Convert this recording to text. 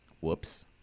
whoops